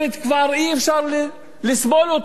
כבר אי-אפשר לסבול אותה,